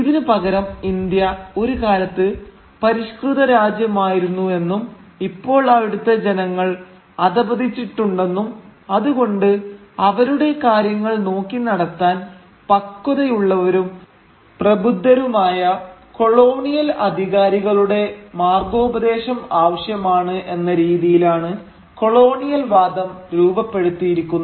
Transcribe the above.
ഇതിനുപകരം India ഒരു കാലത്ത് പരിഷ്കൃത രാജ്യമായിരുന്നു എന്നും ഇപ്പോൾ അവിടുത്തെ ജനങ്ങൾ അധഃപതിച്ചിട്ടുണ്ടെന്നും അതുകൊണ്ട് അവരുടെ കാര്യങ്ങൾ നോക്കിനടത്താൻ പക്വതയുള്ളവരും പ്രബുദ്ധരുമായ കൊളോണിയൽ അധികാരികളുടെ മാർഗ്ഗോപദേശം ആവശ്യമാണ് എന്ന രീതിയിലാണ് കൊളോണിയൽ വാദം രൂപപ്പെടുത്തിയിരിക്കുന്നത്